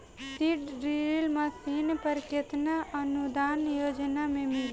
Seed drill machine पर केतना अनुदान योजना में मिली?